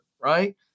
right